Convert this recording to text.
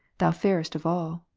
thou fairest of all.